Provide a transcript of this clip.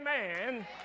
amen